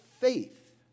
Faith